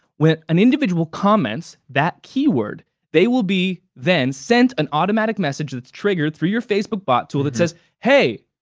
when an individual comments that keyword they will be then sent an automatic message, that's triggered through your facebook bot tool, that says, hey,